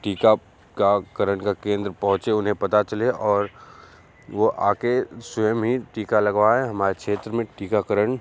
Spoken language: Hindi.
टीकाकरण के केंद्र पहुँचें उन्हें पता चले और वो आके स्वयं ही टीका लगवाएँ हमारे क्षेत्र में टीकाकरण